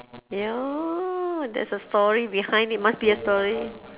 !aiyo! there's a story behind it must be a story